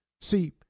See